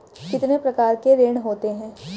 कितने प्रकार के ऋण होते हैं?